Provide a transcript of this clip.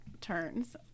turns